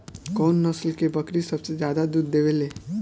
कउन नस्ल के बकरी सबसे ज्यादा दूध देवे लें?